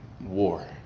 war